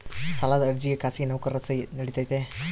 ಸಾಲದ ಅರ್ಜಿಗೆ ಖಾಸಗಿ ನೌಕರರ ಸಹಿ ನಡಿತೈತಿ?